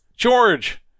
George